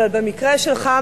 אבל במקרה שלך,